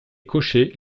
cochers